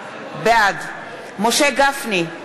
בעד משה גפני,